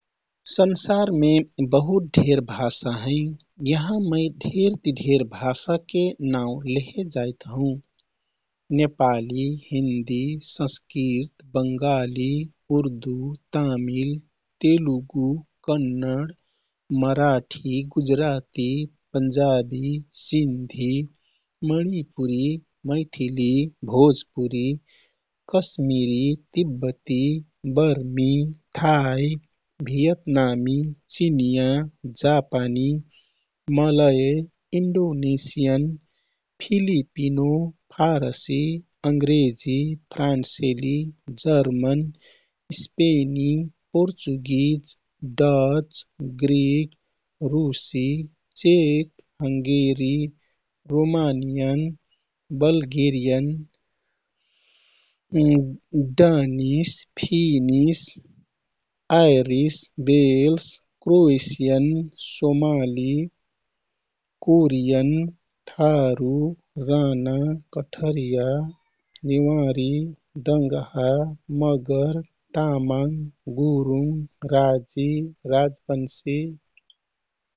संसारमे बहुत ढेर भाषा हैँ। यहाँ मै ढेर ति ढेर भाषाके नाउ लेहे जाइत हौँ। नेपाली, हिन्दी, संस्कृत, बंगाली, उर्दू, तामिल, तेलगु, कन्नड, मराठी, गुजराती, पंजाबी, सिन्धी, मणिपुरी, मैथिली, भोजपुरी, कश्मीरी, तिब्बती, बर्मी, थाई, भुयतनामी, चिनियाँ, जापानी, मलय, इन्डोनेसियन, फिलिपिनो, फारसी, अंग्रेजी, फ्रान्सेली, जर्मन, स्पेनी, पोर्चुगिज, डच, ग्रीक, रूसी, चेक, हंगेरी, Romanian, Bulgarian, Danish, Finnish, Irish, Welsh, Croatian, Somali, Korean, Tharu, Rana, Kathariya, Newari, Dangaha, Magar, Tamang, Gurung, राजी, राजवंशी।